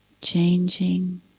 changing